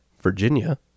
Virginia